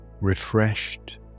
refreshed